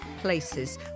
places